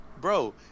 Bro